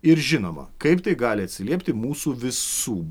ir žinoma kaip tai gali atsiliepti mūsų visų